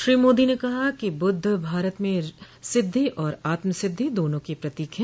श्री मोदी ने कहा कि बुद्ध भारत में सिद्धि और आत्म सिद्धि दोनों के प्रतीक हैं